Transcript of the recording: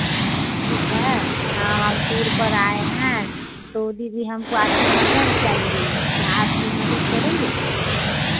ठीक है हाँ हम टूर पर आए हैं तो दीदी हमको आपकी मदद चाहिए क्या आप हमें मदद करेंगे